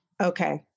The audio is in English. okay